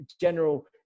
general